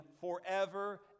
forever